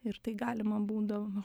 ir tai galima būdavo